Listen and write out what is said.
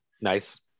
Nice